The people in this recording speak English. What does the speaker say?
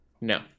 no